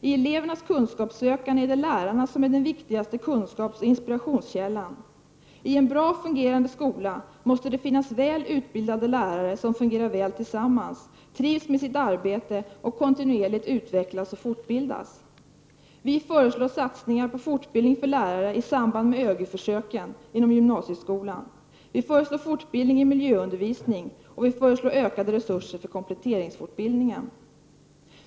I elevernas kunskapssökande är det lärarna som är den viktigaste kunskapsoch inspirationskällan. I en bra fungerande skola måste det finnas väl utbildade lärare som fungerar bra tillsammans, trivs med sitt arbete och kontinuerligt utvecklas och fortbildas. Vi föreslår satsningar på fortbildning för lärare i samband med ÖGY-försöken inom gymnasieskolan, fortbildning i miljöundervisning och ökade resurser för kompletteringsfortbildning.